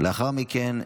לאחר מכן,